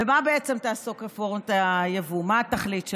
במה בעצם תעסוק רפורמת היבוא, מה התכלית שלה?